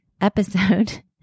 episode